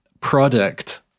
product